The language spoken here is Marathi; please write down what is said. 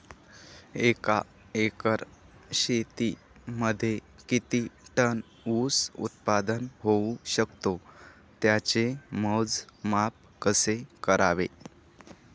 एका एकर शेतीमध्ये किती टन ऊस उत्पादन होऊ शकतो? त्याचे मोजमाप कसे करावे?